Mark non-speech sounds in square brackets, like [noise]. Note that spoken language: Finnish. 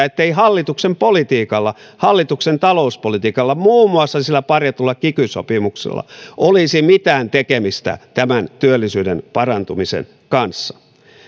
[unintelligible] ettei hallituksen politiikalla hallituksen talouspolitiikalla muun muassa sillä parjatulla kiky sopimuksella olisi mitään tekemistä tämän työllisyyden parantumisen kanssa